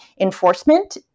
enforcement